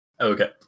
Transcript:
Okay